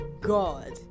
god